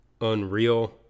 unreal